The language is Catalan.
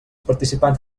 participants